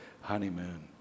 honeymoon